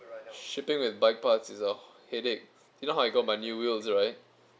shipping with bike parts is a headache you know how I got my new wheels right